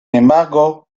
embargo